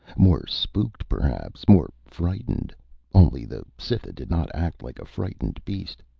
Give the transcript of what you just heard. more spooked, perhaps, more frightened only the cytha did not act like a frightened beast.